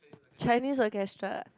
Chinese orchestra